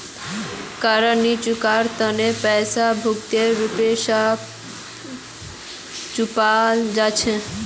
कारक नी चुकवार तना पैसाक भौतिक रूप स चुपाल जा छेक